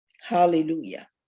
hallelujah